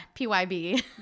PYB